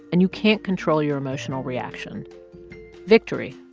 and you can't control your emotional reaction victory